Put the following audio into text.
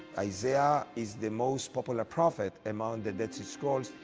isaiah is the most popular prophet among the dead sea scrolls,